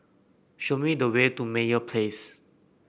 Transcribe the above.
show me the way to Meyer Place